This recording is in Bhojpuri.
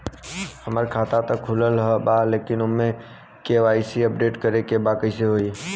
हमार खाता ता खुलल बा लेकिन ओमे के.वाइ.सी अपडेट करे के बा कइसे होई?